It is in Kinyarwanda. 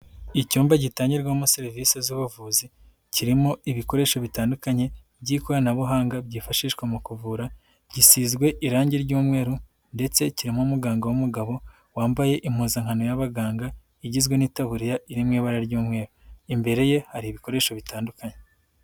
Icyumba gitangirwamo serivisi z'ubuvuzi kirimo ibikoresho bitandukanye by'ikoranabuhanga byifashishwa mu kuvura, gisizwe irangi ry'umweru ndetse kirimo umuganga w'umugabo wambaye impuzankano y'abaganga igizwe n'itaburiya iri mu ibara ry'umweru, imbere ye hari ibikoresho bitandukanye.